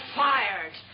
fired